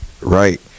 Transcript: right